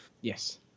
Yes